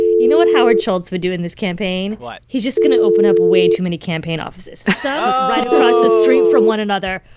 you know what howard schultz would do in this campaign? what? he's just going to open up way too many campaign offices. some so right across the street from one another.